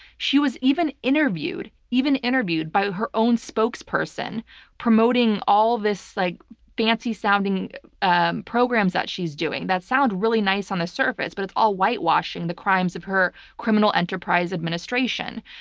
she was even interviewed even interviewed by her own spokesperson promoting all these like fancy-sounding ah programs that she's doing that sound really nice on the surface, but it's all whitewashing the crimes of her criminal enterprise administration.